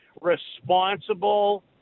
responsible